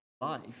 life